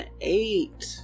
eight